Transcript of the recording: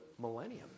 millennium